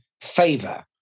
favor